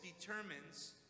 determines